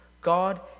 God